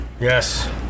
Yes